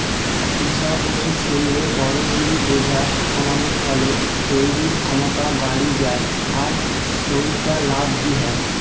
পুশা পশুর শরীরে পরজীবি বোঝা কমানার ফলে তইরির ক্ষমতা বাড়ি যায় আর সউটা লাভ বি হয়